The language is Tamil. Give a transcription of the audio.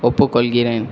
ஒப்புக்கொள்கிறேன்